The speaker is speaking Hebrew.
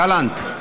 גלנט,